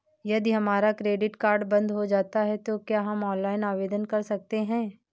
यदि हमारा credit card बंद हो जाता है तो क्या हम ऑनलाइन आवेदन कर सकते हैं?